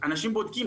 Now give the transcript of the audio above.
אנשים בודקים,